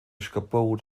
escapou